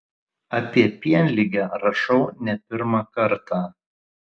apie pienligę rašau ne pirmą kartą